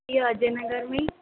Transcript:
इहो अजय नगर में ई